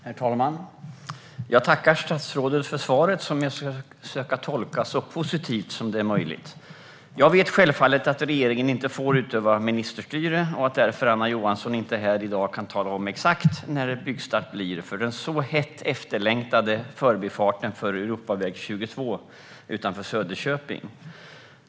Herr talman! Jag tackar statsrådet för svaret, som jag ska försöka tolka så positivt som det är möjligt. Jag vet självfallet att regeringen inte får utöva ministerstyre, och därför kan inte Anna Johansson här i dag tala om exakt när byggstart blir för den så hett efterlängtade förbifarten för Europaväg 22 utanför Söderköping.